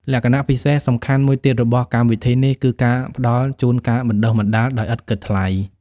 លក្ខណៈពិសេសសំខាន់មួយទៀតរបស់កម្មវិធីនេះ គឺការផ្តល់ជូនការបណ្តុះបណ្តាល ដោយឥតគិតថ្លៃ។